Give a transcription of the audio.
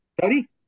Sorry